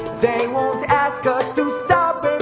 they won't ask us to stop if